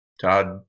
Todd